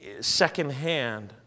secondhand